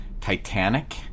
Titanic